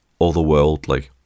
otherworldly